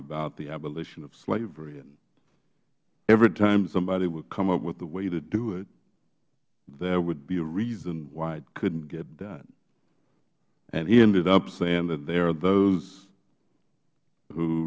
about the abolition of slavery and every time somebody would come up with a way to do it there would be a reason why it couldn't get done and he ended up saying that there are those who